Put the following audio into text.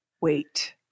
Wait